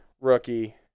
rookie